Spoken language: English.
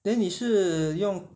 then 你是用